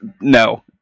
No